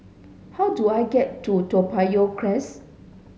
how do I get to Toa Payoh Crest